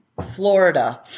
Florida